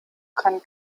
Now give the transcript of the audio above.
kann